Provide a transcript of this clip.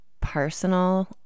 personal